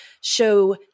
show –